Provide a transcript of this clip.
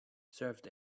served